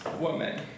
woman